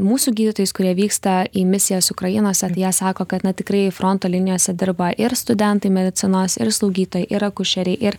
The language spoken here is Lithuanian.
mūsų gydytojais kurie vyksta į misijas ukrainos jie sako kad na tikrai fronto linijose dirba ir studentai medicinos ir slaugytojai ir akušeriai ir